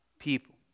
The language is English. People